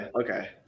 Okay